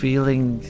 Feeling